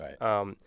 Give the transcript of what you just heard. Right